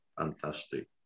fantastic